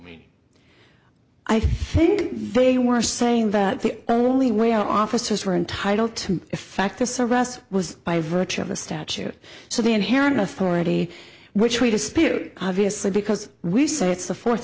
me i think they were saying that the only way our officers were entitled to effect this arrest was by virtue of the statute so the inherent authority which we dispute obviously because we say it's the fourth